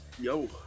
Yo